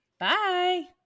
Bye